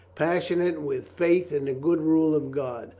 passionate with faith in the good rule of god,